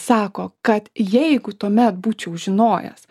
sako kad jeigu tuomet būčiau žinojęs